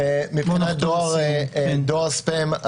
מבחינת דואר ספאם,